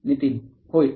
नितीन होय आणि